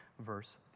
verse